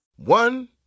One